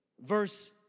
Verse